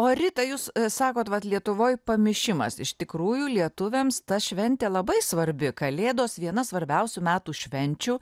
o rita jūs sakot vat lietuvoj pamišimas iš tikrųjų lietuviams ta šventė labai svarbi kalėdos viena svarbiausių metų švenčių